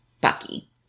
Bucky